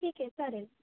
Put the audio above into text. ठीक आहे चालेल